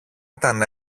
ήταν